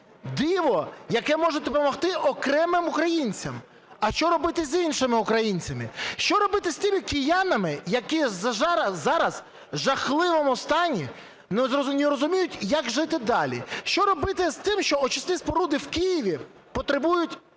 диво, яке може допомогти окремим українцям. А що робити з іншими українцями? Що робити з тими киянами, які зараз у жахливому стані не розуміють, як жити далі? Що робити з тим, що очисні споруди в Києві потребують